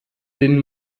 den